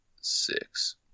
six